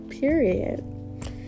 period